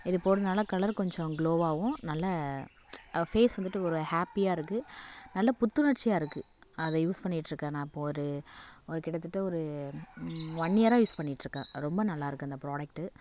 இது போடுறதுனால கலர் கொஞ்சம் கிளோவாகவும் நல்ல ஃபேஸ் வந்துட்டு ஒரு ஹேப்பியாக இருக்குது நல்லா புத்துணர்ச்சியாக இருக்குது அதை யூஸ் பண்ணிட்டிருக்கேன் நான் இப்போது ஒரு ஒரு கிட்டத்தட்ட ஒரு ஒன் இயராக யூஸ் பண்ணிட்டிருக்கேன் ரொம்ப நல்லாயிருக்கு அந்த ப்ரோடக்ட்டு